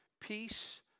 peace